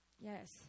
yes